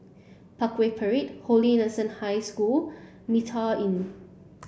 Parkway Parade Holy Innocents' High School Mitraa Inn